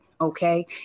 okay